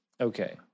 Okay